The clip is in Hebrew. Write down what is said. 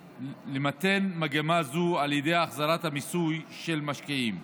למתן מגמה זו על ידי החזרת המיסוי של משקיעים.